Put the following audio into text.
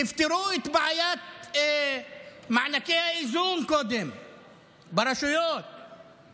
תפתרו את בעיית מענקי האיזון ברשויות קודם,